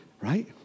right